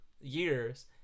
years